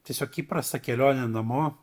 tiesiog įprasta kelionė namo